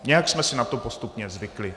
Nějak jsme si na to postupně zvykli.